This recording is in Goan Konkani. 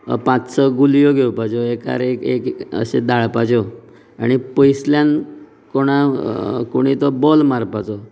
पांच स गुलयो घेवपाच्यो एकार एक एक एक अशें दाळपाच्यो आनी पयसुल्ल्यान कोणा कोणी तो बॉल मारपाचो